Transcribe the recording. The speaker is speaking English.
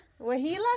Wahila